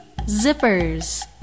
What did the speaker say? Zippers